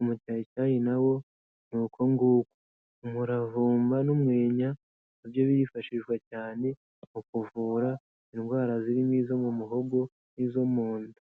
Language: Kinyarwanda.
umucyayicyayi nawo ni uko nguko. Umuravumba n'umwenya nabyo byifashishwa cyane mu kuvura indwara zirimo izo mu muhogo n'izo munda.